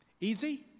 Easy